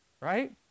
Right